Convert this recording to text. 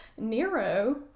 Nero